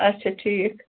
اچھا ٹھیٖک